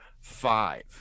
five